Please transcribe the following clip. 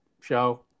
show